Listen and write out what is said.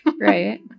Right